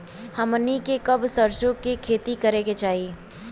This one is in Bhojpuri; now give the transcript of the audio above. हमनी के कब सरसो क खेती करे के चाही?